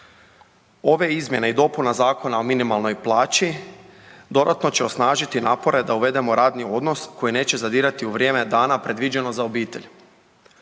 Ove izmjene i dopuna Zakona o minimalnoj plaći dodatno će osnažiti napore da uvedemo radni odnos koji neće zadirati u vrijeme dana predviđeno za obitelj.